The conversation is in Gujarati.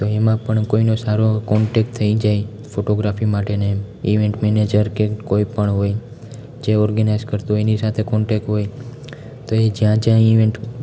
તો એમાં પણ કોઈનો સારો કોન્ટેક થઈ જાય ફોટોગ્રાફી માટેને ઈવેંટ મેનેજર કે કોઈપણ હોય જે ઓર્ગેનાઇઝ કરતું હોય એની સાથે કોન્ટેક હોય તો એ જ્યાં જ્યાં ઇવેંટ